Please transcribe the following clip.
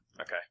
Okay